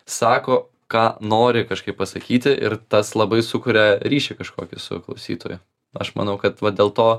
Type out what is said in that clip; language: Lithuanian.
sako ką nori kažkaip pasakyti ir tas labai sukuria ryšį kažkokį su klausytoju aš manau kad va dėl to